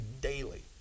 daily